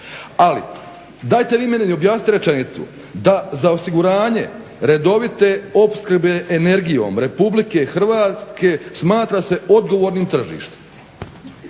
Ali, dajte vi meni objasnite rečenicu da za osiguranje redovite opskrbe energijom RH smatra se odgovornim tržište.